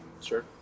Sure